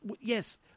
yes